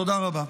תודה רבה.